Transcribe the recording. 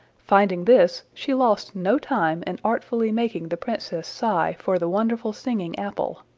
finding this, she lost no time in artfully making the princess sigh for the wonderful singing-apple.